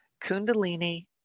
kundalini